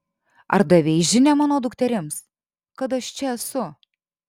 ar davei žinią mano dukterims kad aš čia esu